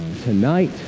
tonight